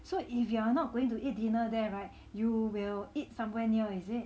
so if you are not going to eat dinner there [right] you will eat somewhere near is it